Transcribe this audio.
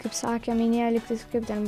kaip sakė minėjo lyg tais kaip ten